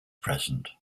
present